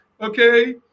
Okay